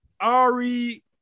Ari